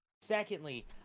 Secondly